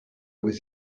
was